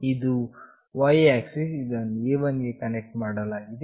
ಇದು y axis ಇದನ್ನು A1 ಗೆ ಕನೆಕ್ಟ್ ಮಾಡಲಾಗಿದೆ